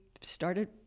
started